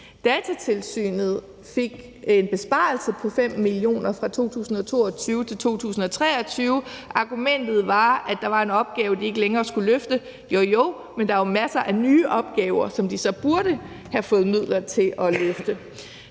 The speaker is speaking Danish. Datatilsynet fik en besparelse på 5 mio. kr. fra 2022 til 2023. Argumentet var, at der var en opgave, de ikke længere skulle løfte. Jo jo, men der er jo masser af nye opgaver, som de så burde have fået midler til at løfte.